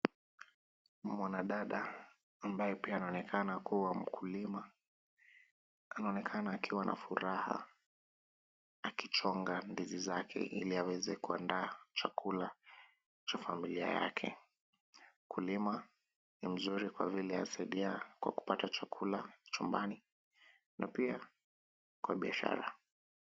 Mwanadada ambaye pia anaonekana kuwa mkulima anaonekana akiwa na furaha akichonga ndizi zake ili aweze kuandaa chakula cha familia yake. Ukulima ni mzuri kwa vile asilia kwa kupata chakula chumbani na pia kwa biashara.